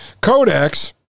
codex